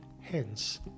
hence